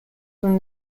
from